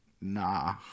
nah